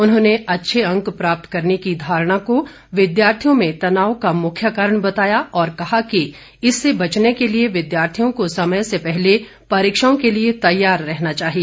उन्होंने अच्छे अंक प्राप्त करने की धारणा को विद्यार्थियों में तनाव का मुख्य कारण बताया और कहा कि इससे बचने के लिए विद्यार्थियों को समय से पहले परीक्षाओं के लिए तैयार रहना चाहिए